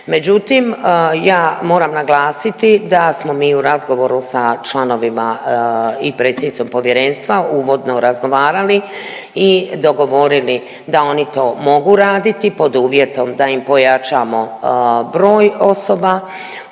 Međutim, ja moram naglasiti da smo mi u razgovoru sa članovima i predsjednicom Povjerenstva uvodno razgovarali i dogovorili da oni to mogu raditi pod uvjetom da im pojačamo broj osoba